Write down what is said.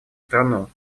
страну